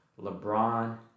LeBron